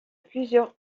plusieurs